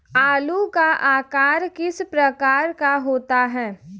आलू का आकार किस प्रकार का होता है?